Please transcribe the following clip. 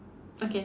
okay